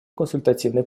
консультативной